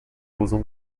usam